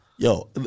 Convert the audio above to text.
Yo